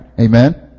Amen